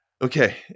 Okay